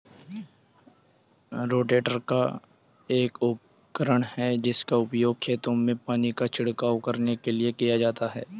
rotator एक उपकरण है जिसका उपयोग खेतों में पानी का छिड़काव करने के लिए किया जाता है